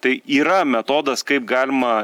tai yra metodas kaip galima